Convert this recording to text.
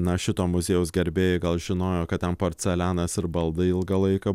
na šito muziejaus gerbėjai gal žinojo kad ten porcelianas ir baldai ilgą laiką